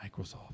Microsoft